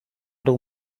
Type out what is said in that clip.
dół